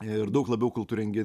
ir daug labiau kultūringi